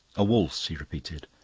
a waltz, he repeated,